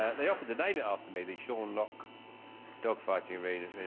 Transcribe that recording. they offered to name it after me they sherlock dog fighting arena